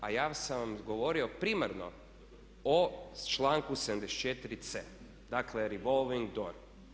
A ja sam vam govorio primarno o članku 74c. dakle revolving door.